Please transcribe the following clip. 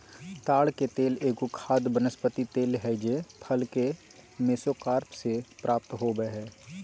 ताड़ के तेल एगो खाद्य वनस्पति तेल हइ जे फल के मेसोकार्प से प्राप्त हो बैय हइ